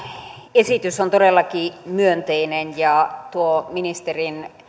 esitys on todellakin myönteinen ja tuo ministerin